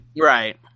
Right